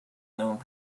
known